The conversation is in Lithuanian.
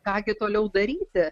ką gi toliau daryti